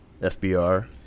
FBR